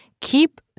keep